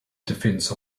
defense